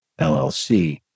LLC